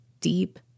deep